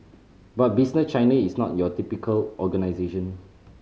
but Chinese is not your typical organisation